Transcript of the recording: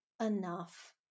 enough